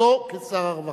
בשבתו כשר הרווחה.